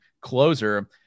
closer